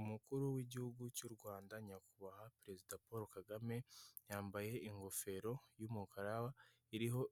Umukuru w'igihugu cy'u Rwanda nyakubahwa perezida Polo Kagame, yambaye ingofero y'umukara iriho